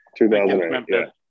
2008